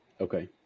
Okay